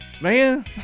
Man